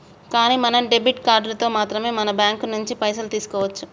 కానీ మనం డెబిట్ కార్డులతో మాత్రమే మన బ్యాంకు నుంచి పైసలు తీసుకోవచ్చు